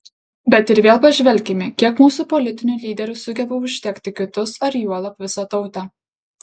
bet ir vėl pažvelkime kiek mūsų politinių lyderių sugeba uždegti kitus ar juolab visą tautą